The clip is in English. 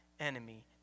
enemy